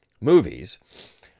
movies